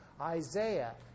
Isaiah